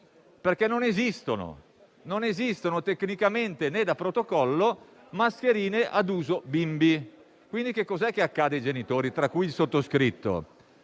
perché non esistono tecnicamente, né da protocollo, mascherine ad uso bimbi. Quindi, cosa accade ai genitori, tra cui il sottoscritto?